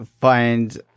find